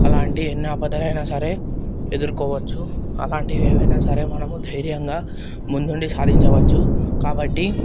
అలాంటివి ఎన్ని ఆపదలైనా సరే ఎదురుకోవచ్చు అలాంటివి ఏవైనా సరే మన ధైర్యంగా ముందుండి సాధించవచ్చు కాబట్టి